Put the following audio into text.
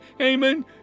Amen